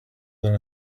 than